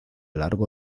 largo